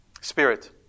spirit